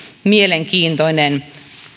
mielenkiintoinen